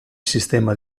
sistema